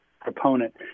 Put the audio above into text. proponent